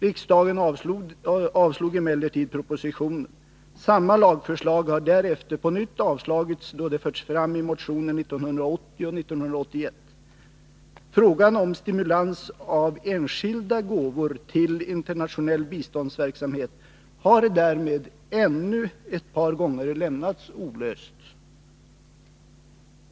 Riksdagen avslog emellertid propositionen. Samma lagförslag har därefter på nytt avslagits då det förts fram i motioner åren 1980 och 1981. Frågan om stimulans av enskilda gåvor till internationell biståndsverksamhet har därmed ännu ett par gånger lämnats olöst.